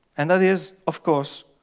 and that is, of course,